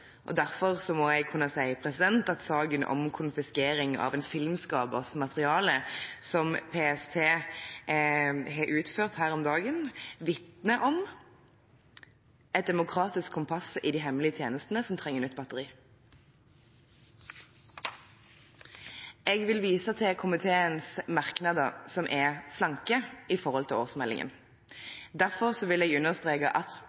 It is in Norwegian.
kildevern. Derfor må jeg kunne si at saken om konfiskering av en filmskapers materiale, som PST utførte her om dagen, vitner om et demokratisk kompass i de hemmelige tjenestene som trenger nytt batteri. Jeg vil vise til komiteens merknader, som er slanke i forhold til årsmeldingen. Derfor vil jeg understreke at